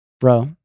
Bro